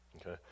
okay